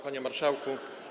Panie Marszałku!